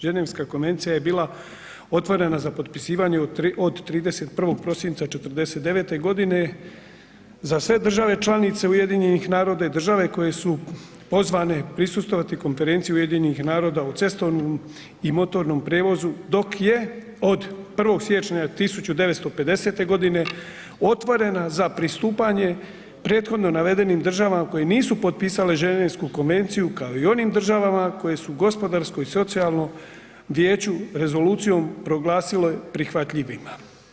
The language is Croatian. Ženevska konvencija je bila otvorena za potpisivanje od 31. prosinca 0149. godine za sve države članice UN-a i države koje su pozvane prisustvovati konferenciji UN-a u cestovnom i motornom prijevozu dok je od 1. siječnja 1950. godine otvorena za pristupanje prethodno navedenim državama koje nisu potpisale Ženevsku konvenciju kao i onim državama koje su gospodarsko i socijalnom vijeću Rezolucijom proglasile prihvatljivijima.